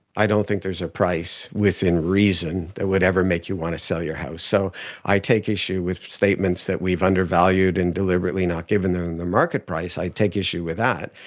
i don't think there's a price, within reason, that would ever make you want to sell your house. so i take issue with statements that we've undervalued and deliberately not given them the market price, i take issue with that.